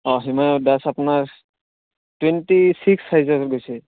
অঁ সিমান অৰ্ডাৰ আছে আপোনাৰ টুৱেন্টি ছিক্স ছাইজৰ গৈছে